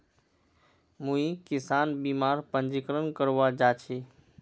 मुई किसान बीमार पंजीकरण करवा जा छि